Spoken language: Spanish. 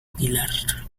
aguilar